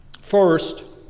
First